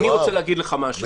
אני רוצה להגיד לך משהו.